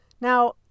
Now